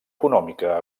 econòmica